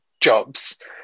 jobs